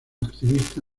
activista